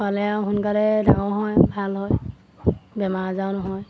খুৱাবলৈ আৰু সোনকালে ডাঙৰ হয় ভাল হয় বেমাৰ আজাৰো নহয়